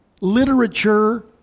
literature